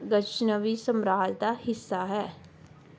ਗਜ਼ਨਵੀਂ ਸਮਰਾਜ ਦਾ ਹਿੱਸਾ ਹੈ